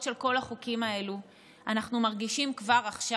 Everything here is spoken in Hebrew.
של כל החוקים האלה אנחנו מרגישים כבר עכשיו.